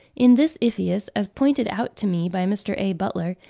in this iphias, as pointed out to me by mr. a. butler,